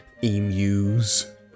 emus